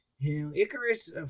Icarus